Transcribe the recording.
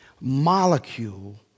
molecule